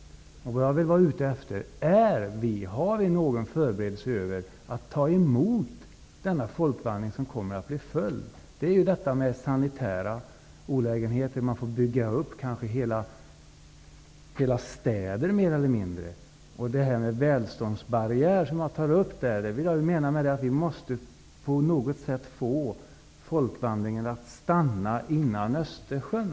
Jag vill ha svar på följande. Har något förberedelsearbete gjorts i Sverige för att ta emot alla människor i denna folkvandring? Det kan bli fråga om sanitära olägenheter. Hela städer kan behöva byggas upp. Vidare har vi frågan om välståndsbarriären. Vi måste få folkvandringen att stanna före Östersjön.